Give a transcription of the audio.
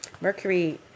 mercury